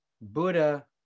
Buddha